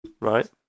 right